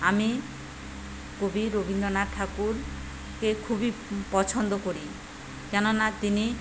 আমি কবি রবীন্দ্রনাথ ঠাকুরকে খুবই পছন্দ করি কেন না তিনি